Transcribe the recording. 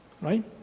right